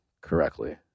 correctly